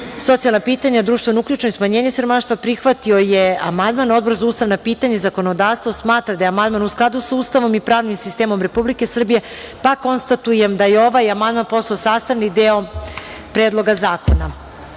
socijalna pitanja, društvenu uključenost i smanjenje siromaštva prihvatio je amandman. Odbor za ustavna pitanja i zakonodavstvo smatra da je amandman u skladu sa Ustavom i pravnim sistemom Republike Srbije. Konstatujem da je ovaj amandman postao sastavni deo Predloga zakona. Da